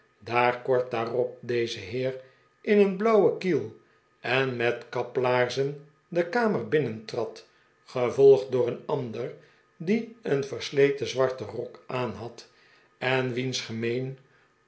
daar kort daarop deze heer in een blauwen kiel en met kaplaarzen de kamer binnentrad gevolgd door een ander die een versleten zwarten rok aanhad en wiens gemeen